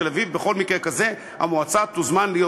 שלפיו בכל מקרה כזה המועצה תוזמן להיות